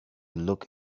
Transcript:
look